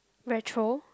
Metro